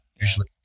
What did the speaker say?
usually